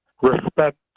Respect